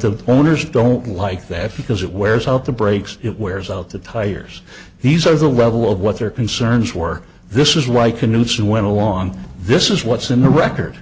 the owners don't like that because it wears out the brakes it wears out the tires these are the level of what their concerns were this is why canossa went along this is what's in the record